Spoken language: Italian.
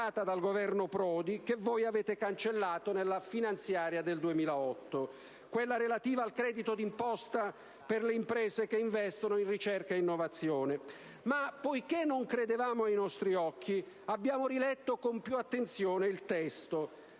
dal Governo Prodi che voi avete cancellato nella finanziaria del 2008. Mi riferisco al credito d'imposta per le imprese che investono in ricerca e innovazione. Tuttavia, non credendo ai nostri occhi, abbiamo riletto con più attenzione il testo: